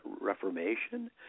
Reformation